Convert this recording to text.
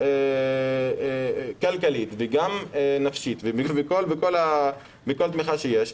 כלכלית וגם נפשית וכל תמיכה שיש,